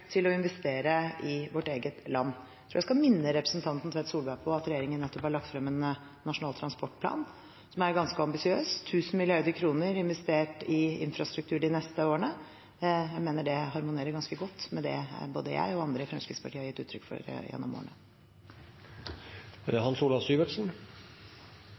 til å investere i vårt eget land. Jeg vil minne representanten Tvedt Solberg på at regjeringen nettopp har lagt frem en nasjonal transportplan som er ganske ambisiøs – 1 000 mrd. kr investert i infrastruktur de neste årene. Jeg mener det harmonerer ganske godt med det både jeg og andre i Fremskrittspartiet har gitt uttrykk for gjennom